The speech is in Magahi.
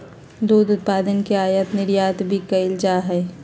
दुध उत्पादन के आयात निर्यात भी कइल जा हई